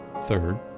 third